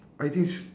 I think should